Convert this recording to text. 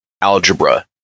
algebra